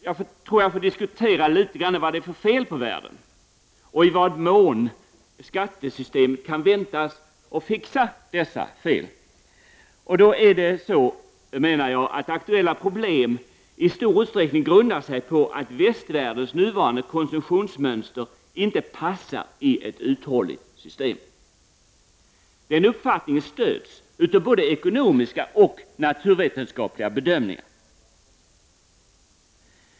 Så vill jag något diskutera vad det är för fel på världen och i vad mån skattesystemet kan förväntas ”fixa” dessa problem. Aktuella problem grundar sig i stor utsträckning på att västvärldens nuvarande konsumtionsmönster inte passar i ett uthålligt system. Den uppfattningen stöds av både ekonomiska och naturvetenskapliga bedömningar.